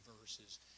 verses